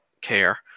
care